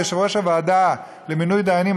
יושב-ראש הוועדה למינוי דיינים,